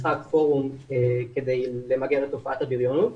משחק כדי למגר את תופעות הבריונות